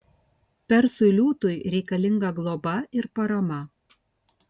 persui liūtui reikalinga globa ir parama